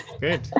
good